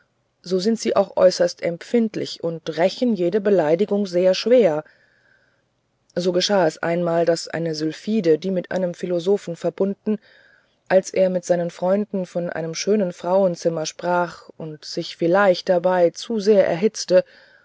so sind sie auch äußerst empfindlich und rächen jede beleidigung sehr schwer so geschah es einmal daß eine sylphide die mit einem philosophen verbunden als er mit seinen freunden von einem schönen frauenzimmer sprach und sich vielleicht dabei zu sehr erhitzte